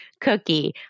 cookie